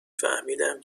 فهمیدم